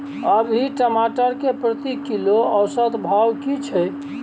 अभी टमाटर के प्रति किलो औसत भाव की छै?